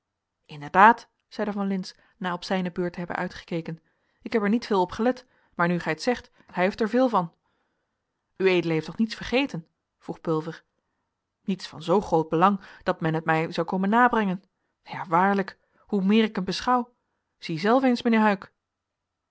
inderdaad zeide van lintz na op zijne beurt te hebben uitgekeken ik heb er niet veel opgelet maar nu gij t zegt hij heeft er veel van ued heeft toch niets vergeten vroeg pulver niets van zoo groot belang dat men het mij zou komen nabrengen ja waarlijk hoe meer ik hem beschouw zie zelf eens mijnheer huyck